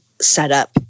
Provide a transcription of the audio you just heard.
setup